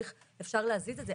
אפשר להזיז את זה.